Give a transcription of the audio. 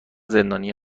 زندانی